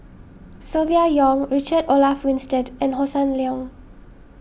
Silvia Yong Richard Olaf Winstedt and Hossan Leong